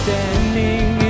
Standing